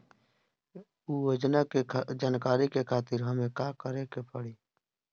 उ योजना के जानकारी के खातिर हमके का करे के पड़ी?